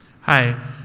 Hi